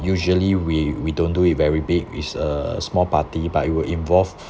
usually we we don't do it very big it's a small party but it will involve